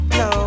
no